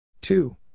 two